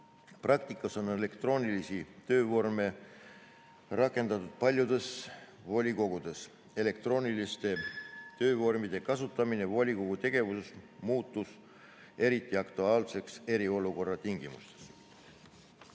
Praktikas on elektroonilisi töövorme rakendatud paljudes volikogudes. Elektrooniliste töövormide kasutamine volikogu tegevuses muutus eriti aktuaalseks eriolukorra tingimustes.